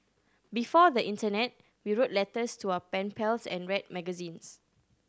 before the internet we wrote letters to our pen pals and read magazines